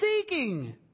seeking